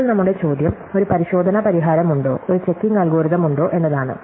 ഇപ്പോൾ നമ്മുടെ ചോദ്യം ഒരു പരിശോധന പരിഹാരമുണ്ടോ ഒരു ചെക്കിംഗ് അൽഗോരിതം ഉണ്ടോ എന്നതാണ്